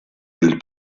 del